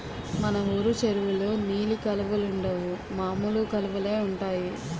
మన వూరు చెరువులో నీలి కలువలుండవు మామూలు కలువలే ఉంటాయి